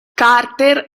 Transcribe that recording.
carter